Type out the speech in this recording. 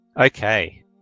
Okay